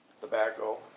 tobacco